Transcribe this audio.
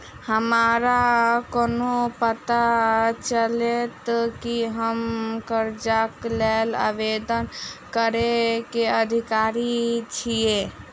हमरा कोना पता चलतै की हम करजाक लेल आवेदन करै केँ अधिकारी छियै?